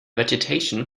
vegetation